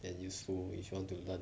and useful if you want to learn